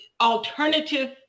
alternative